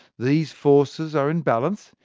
these forces are in balance,